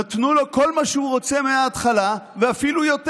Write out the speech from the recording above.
נתנו לו כל מה שהוא רוצה מההתחלה ואפילו יותר.